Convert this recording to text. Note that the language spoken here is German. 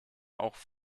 auch